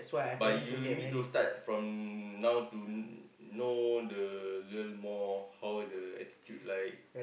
but you need to start from now to know the girl more how the attitude like